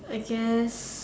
I guess